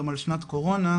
גם על שנת קורונה,